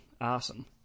awesome